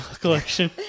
collection